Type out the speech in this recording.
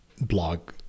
blog